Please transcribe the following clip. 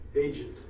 Agent